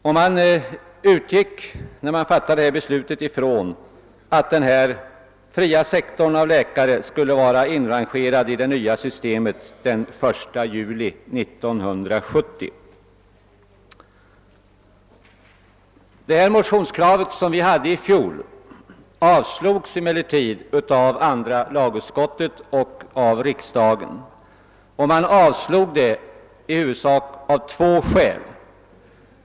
Vid fattandet av detta beslut utgick riksdagen ifrån att läkarna inom den fria sektorn skulle vara inrangerade i det nya systemet den 1 juli 1970. Det motionskrav som vi framförde i fjol avstyrktes emellertid av andra lagutskottet och avslogs av riksdagen, i huvudsak av två skäl.